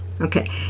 Okay